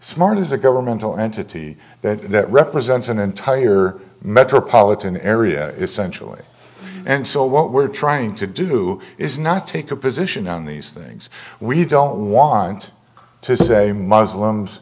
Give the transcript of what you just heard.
smart is a governmental entity that represents an entire metropolitan area essentially and so what we're trying to do is not take a position on these things we don't want to say muslims